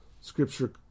scripture